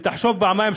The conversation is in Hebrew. ותחשוב פעמיים,